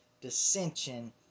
dissension